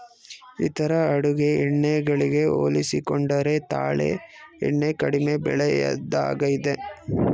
ಇತರ ಅಡುಗೆ ಎಣ್ಣೆ ಗಳಿಗೆ ಹೋಲಿಸಿಕೊಂಡರೆ ತಾಳೆ ಎಣ್ಣೆ ಕಡಿಮೆ ಬೆಲೆಯದ್ದಾಗಿದೆ